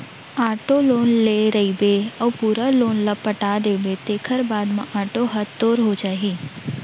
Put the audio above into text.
auto loan ले रहिबे अउ पूरा लोन ल पटा देबे तेखर बाद म आटो ह तोर हो जाही